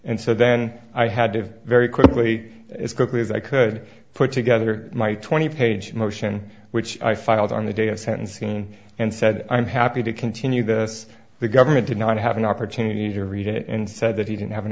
and so then i had to very quickly as quickly as i could put together my twenty page motion which i filed on the day of sentence scene and said i'm happy to continue this the government did not have an opportunity to read it and said that he didn't have an